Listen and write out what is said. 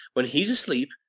when he s asleep,